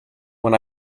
when